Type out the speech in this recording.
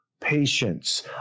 patience